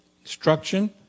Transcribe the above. instruction